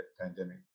pandemic